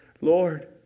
Lord